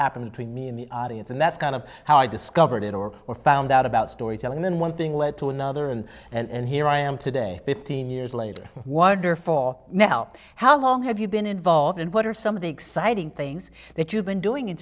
happening between me and the audience and that's kind of how i discovered it or or found out about storytelling then one thing led to another and and here i am today fifteen years later wonder for now how long have you been involved and what are some of the exciting things that you've been doing i